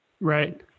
Right